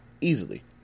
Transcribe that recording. Easily